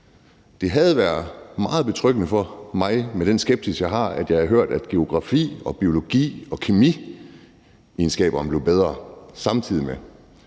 Det havde været meget betryggende for mig med den skepsis, jeg har, at jeg havde hørt, at geografi-, biologi- og kemiegenskaberne blev bedre samtidig med